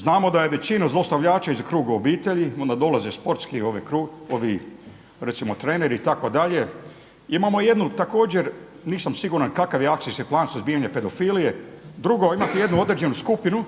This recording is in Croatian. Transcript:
Znamo da je većina zlostavljača iz kruga obitelji, onda dolazi sportski recimo treneri itd. Imamo jednu također, nisam siguran kakav je akcijski plan suzbijanja pedofilije, drugo imati jednu određenu skupinu